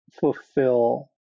fulfill